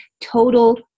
total